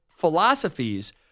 philosophies